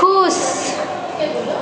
खुश